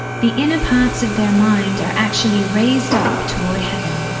the inner parts of their mind are actually raised up toward heaven,